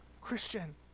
Christian